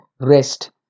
rest